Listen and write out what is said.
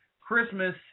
Christmas